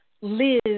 live